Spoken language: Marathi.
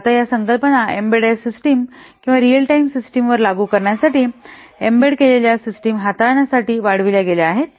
तर आता या संकल्पना एम्बेडेड सिस्टम किंवा रियल टाइम सिस्टीमवर लागू करण्यासाठी एम्बेड केलेल्या सिस्टम हाताळण्यासाठी वाढविल्या गेल्या आहेत